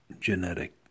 genetic